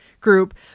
group